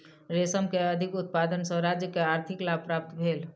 रेशम के अधिक उत्पादन सॅ राज्य के आर्थिक लाभ प्राप्त भेल